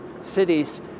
cities